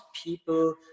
people